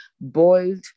boiled